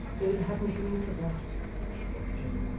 if it hadn't been for that thought joe,